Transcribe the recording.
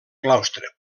claustre